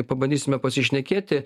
pabandysime pasišnekėti